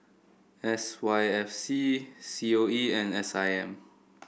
S Y F C C O E and S I M